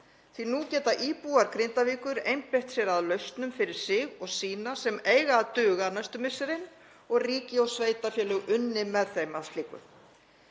að nú geta íbúar Grindavíkur einbeitt sér að lausnum fyrir sig og sína sem eiga að duga næstu misserin og ríki og sveitarfélög unnið með þeim að slíku.